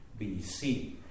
BC